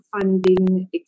funding